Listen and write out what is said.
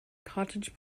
cottage